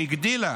שהגדילה